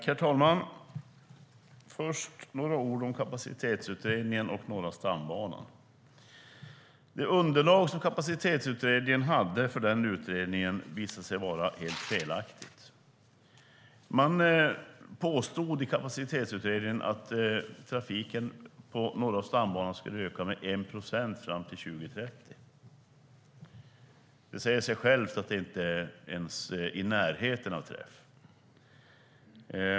Herr talman! Först ska jag säga några ord om Kapacitetsutredningen och Norra stambanan. Det underlag som Kapacitetsutredningen hade för sin utredning visade sig vara helt felaktigt. Man påstod i utredningen att trafiken på Norra stambanan skulle öka med 1 procent fram till 2030. Det säger sig självt att det inte ens är i närheten av träff.